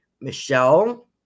michelle